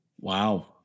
Wow